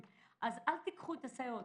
אז אל תיקחו את הסייעות.